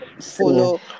follow